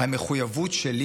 המחויבות שלי